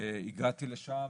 הגעתי לשם,